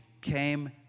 came